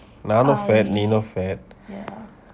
நானும்:naanum fat நீனும்:neenum fat